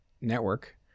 Network